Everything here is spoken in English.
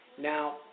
Now